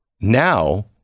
Now